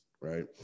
right